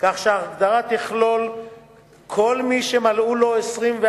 כך שההגדרה תכלול כל מי שמלאו לו 24 שנים,